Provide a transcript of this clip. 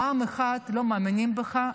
פעם אחת לא מאמינים בך,